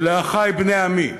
ולאחי בני עמי,